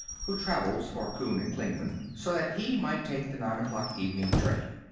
who travels for kuhn and klingman, so that he might take the nine o'clock evening train.